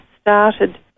started